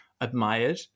admired